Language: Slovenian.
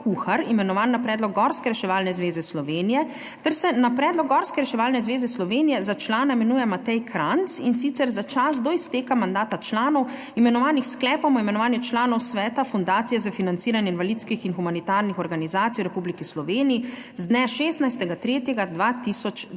imenovan na predlog Gorske reševalne zveze Slovenije, ter se na predlog Gorske reševalne zveze Slovenije za člana imenuje Matej Kranjc, in sicer za čas do izteka mandata članov, imenovanih s Sklepom o imenovanju članov Sveta Fundacije za financiranje invalidskih in humanitarnih organizacij v Republiki Sloveniji z dne 16. 3. 2022,